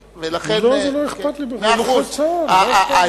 לא, זה לא אכפת לי בכלל, הוא נכה צה"ל.